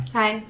hi